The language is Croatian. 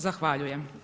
Zahvaljujem.